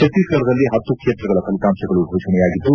ಛತ್ತೀಸ್ಗಢದಲ್ಲಿ ಹತ್ತು ಕ್ಷೇತ್ರಗಳ ಫಲಿತಾಂಶಗಳು ಫೋಷಣೆಯಾಗಿದ್ದು